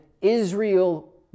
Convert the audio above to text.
Israel